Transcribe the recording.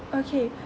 okay